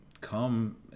come